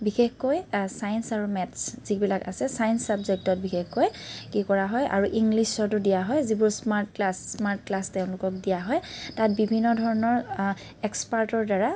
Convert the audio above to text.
বিশেষকৈ ছাইন্স আৰু মেথচ যিবিলাক আছে ছাইন্স ছাব্জেক্টত বিশেষকৈ কি কৰা হয় আৰু ইংলিছতো দিয়া হয় যিবোৰ স্মাৰ্ট ক্লাছ স্মাৰ্ট ক্লাছ তেওঁলোকক দিয়া হয় তাত বিভিন্ন ধৰণৰ এক্সপাৰ্টৰদ্বাৰা